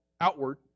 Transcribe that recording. Outward